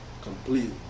completely